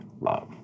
love